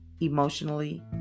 emotionally